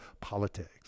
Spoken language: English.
politics